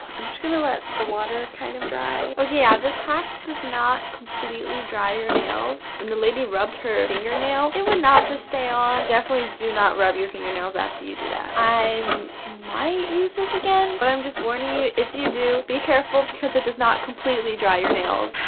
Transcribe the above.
i'm just gonna let the water kind of dry. ok yeah this hack does not completely dry your nails. when the lady rubbed her fingernail, it would not just stay on. definitely do not rub your fingernails after you do that. i might use this again. but i'm just warning you, if you do, be careful because it does not completely dry your nails.